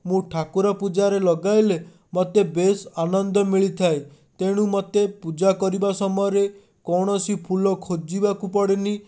ମୁଁ ଠାକୁର ପୂଜାରେ ଲଗାଇଲେ ମୋତେ ବେଶ୍ ଆନନ୍ଦ ମିଳିଥାଏ ତେଣୁ ମୋତେ ପୂଜା କରିବା ସମୟରେ କୌଣସି ଫୁଲ ଖୋଜିବାକୁ ପଡ଼େନି